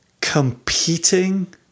competing